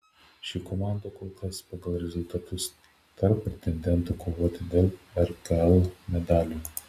ši komanda kol kas pagal rezultatus tarp pretendentų kovoti dėl rkl medalių